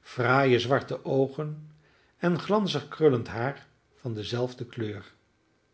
fraaie zwarte oogen en glanzig krullend haar van de zelfde kleur